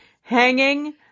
hanging